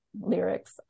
lyrics